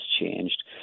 changed